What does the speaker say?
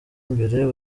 mbere